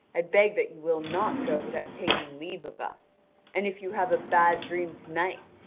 i beg that you will not go without taking leave of us and if you have a bad dream to-night,